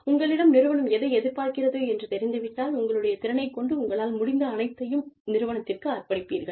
உங்களிடம் நிறுவனம் எதை எதிர்பார்க்கிறது என்று தெரிந்து விட்டால் உங்களுடைய திறனைக் கொண்டு உங்களால் முடிந்த அனைத்தையும் நிறுவனத்திற்கு அர்ப்பணிப்பீர்கள்